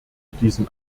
diesen